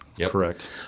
correct